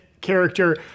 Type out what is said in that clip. character